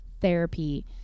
therapy